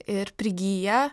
ir prigyja